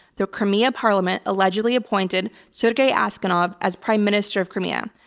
the crimea parliament allegedly appointed sergei aksyonov as prime minister of crimea.